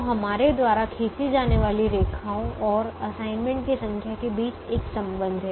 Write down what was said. तो हमारे द्वारा खींची जाने वाली रेखाओं और असाइनमेंट की संख्या के बीच एक संबंध है